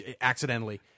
accidentally